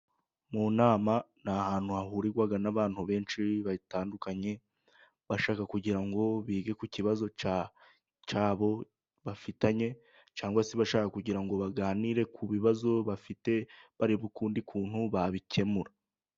Mu nama ni ahantu hahurirwa n'abantu benshi batandukanye, bashaka kugira ngo bige ku kibazo cyabo bafitanye, cyangwa se bashaka kugira ngo baganire ku bibazo bafite barebe ukundi kuntu babikemura.